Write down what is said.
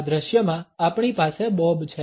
આ દૃશ્યમાં આપણી પાસે બોબ છે